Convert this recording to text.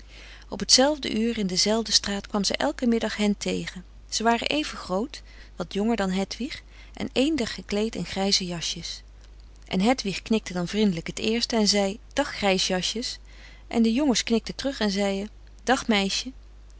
op t zelfde uur in de zelfde straat kwam zij elken middag hen tegen ze waren even groot wat jonger dan hedwig en eender gekleed in grijze jasjes en hedwig knikte dan vrindelijk t eerste en zei dag grijsjasjes en de jongens knikten terug en zeien dag meisje